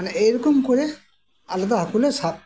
ᱢᱮᱱᱮ ᱮᱭ ᱨᱚᱠᱚᱢ ᱠᱚᱨᱮ ᱟᱞᱮ ᱫᱚ ᱦᱟᱹᱠᱩ ᱞᱮ ᱥᱟᱵ ᱠᱚᱣᱟ